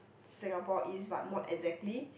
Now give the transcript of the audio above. Singapore is but not exactly